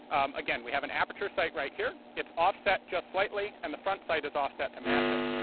again, we have an aperture sight right here. it's offset just slightly, and the front sight is offset to match it.